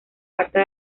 falta